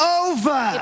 over